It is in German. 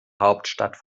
hauptstadt